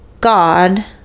god